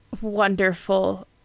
Wonderful